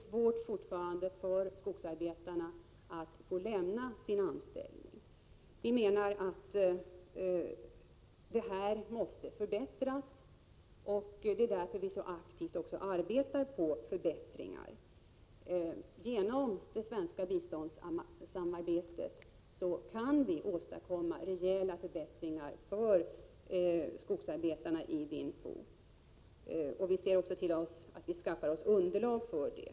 Det är fortfarande svårt för skogsarbetarna att få lämna sina anställningar. Vi menar att detta måste förbättras, och det är därför vi så aktivt också arbetar på förbättringar. Genom det svenska biståndssamarbetet kan vi åstadkomma rejäla förbättringar för skogsarbetarna i Vinh Phu. Vi skaffar oss också underlag för detta.